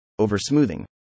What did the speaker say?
oversmoothing